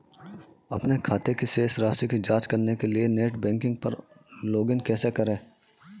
अपने खाते की शेष राशि की जांच करने के लिए नेट बैंकिंग पर लॉगइन कैसे करें?